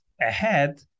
ahead